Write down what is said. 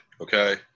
okay